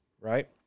right